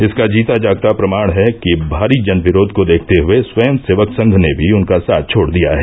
इसका जीता जागता प्रमाण है कि भारी जन विरोध को देखते हुये स्वयंसेवक संघ ने भी उनका साथ छोड़ दिया है